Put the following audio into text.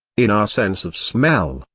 in our sense of smell,